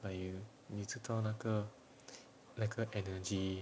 like you 你知道那个那个 energy